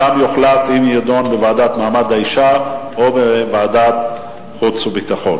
שם יוחלט אם הדיון יהיה בוועדה למעמד האשה או בוועדת חוץ וביטחון.